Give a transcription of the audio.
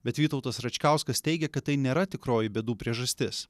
bet vytautas račkauskas teigia kad tai nėra tikroji bėdų priežastis